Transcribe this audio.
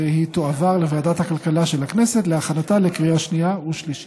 והיא תועבר לוועדת הכלכלה של הכנסת להכנתה לקריאה שנייה ושלישית.